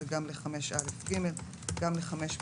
זה גם ל-5(א)(ג) וגם ל-5ב(1),